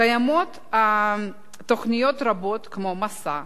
קיימות תוכניות רבות, כמו "מסע",